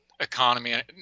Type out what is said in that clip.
economy